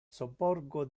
sobborgo